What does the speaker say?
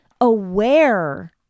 aware